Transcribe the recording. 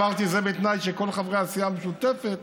ואמרתי שזה בתנאי שכל חברי הסיעה המשותפת